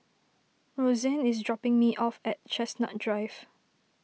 Roxanne is dropping me off at Chestnut Drive